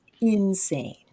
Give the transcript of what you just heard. insane